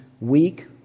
weak